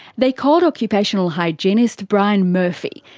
they called occupational hygienist brian murphy,